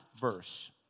verse